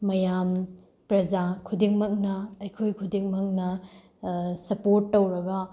ꯃꯌꯥꯝ ꯄ꯭ꯔꯖꯥ ꯈꯨꯗꯤꯡꯃꯛꯅ ꯑꯩꯈꯣꯏ ꯈꯨꯗꯤꯡꯃꯛꯅ ꯁꯞꯄꯣꯔꯠ ꯇꯧꯔꯒ